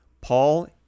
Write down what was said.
Paul